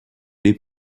les